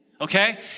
okay